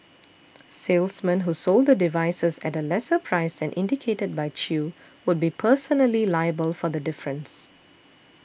salesmen who sold the devices at a lesser price than indicated by Chew would be personally liable for the difference